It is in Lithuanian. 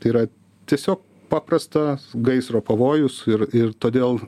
tai yra tiesiog paprastas gaisro pavojus ir ir todėl